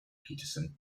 peterson